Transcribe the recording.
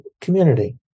community